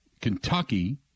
Kentucky